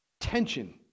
Tension